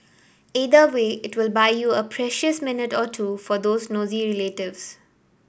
either way it will buy you a precious minute or two for those nosy relatives